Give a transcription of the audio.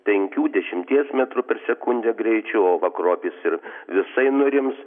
penkių dešimties metrų per sekundę greičiu o vakarop jis ir visai nurims